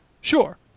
Sure